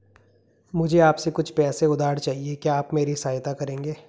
मुझे आपसे कुछ पैसे उधार चहिए, क्या आप मेरी सहायता करेंगे?